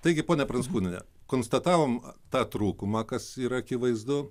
taigi ponia pranckūniene konstatavom tą trūkumą kas yra akivaizdu